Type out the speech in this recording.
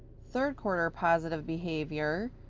third quarter positive behavior,